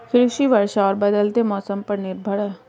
कृषि वर्षा और बदलते मौसम पर निर्भर है